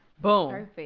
Boom